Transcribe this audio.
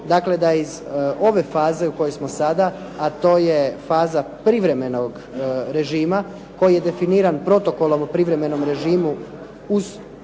dakle da iz ove faze u kojoj smo sada, a to je faza privremenog režima koji je definiran Protokolom o privremenom režimu u